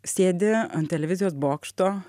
sėdi ant televizijos bokšto